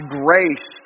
grace